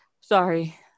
sorry